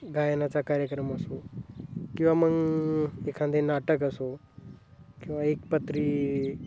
गायनाचा कार्यक्रम असो किंवा मग एखादे नाटक असो किंवा एकपात्री